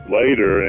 later